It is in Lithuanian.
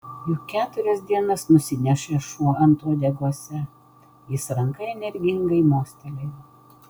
juk keturias dienas nusinešė šuo ant uodegose jis ranka energingai mostelėjo